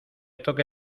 toque